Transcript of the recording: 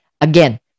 again